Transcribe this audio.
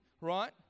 right